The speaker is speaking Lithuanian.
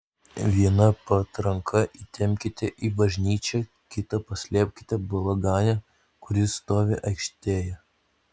vieną patranką įtempkite į bažnyčią kitą paslėpkite balagane kuris stovi aikštėje